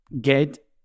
Get